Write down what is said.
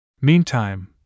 Meantime